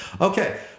Okay